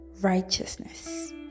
righteousness